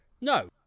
No